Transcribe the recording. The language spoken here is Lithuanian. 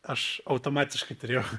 aš automatiškai turėjau